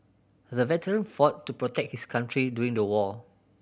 the veteran fought to protect his country during the war